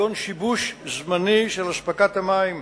כגון שיבוש זמני של אספקת המים